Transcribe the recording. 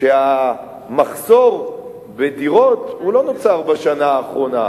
על כך שהמחסור בדירות לא נוצר בשנה האחרונה,